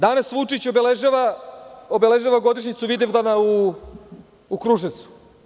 Danas Vučić obeležava godišnjicu Vidovdana u Kruševcu.